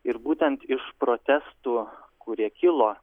ir būtent iš protestų kurie kilo